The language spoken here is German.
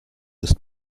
ist